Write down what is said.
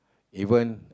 even